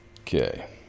Okay